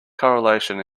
correlation